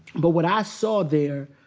but what i saw there,